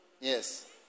Yes